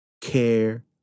Care